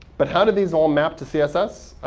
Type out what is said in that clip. but how do these all map to css?